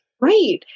Right